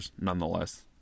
nonetheless